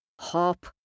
hop